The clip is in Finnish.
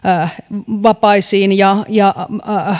vapaisiin ja ja